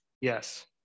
Yes